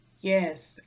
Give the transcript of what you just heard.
Yes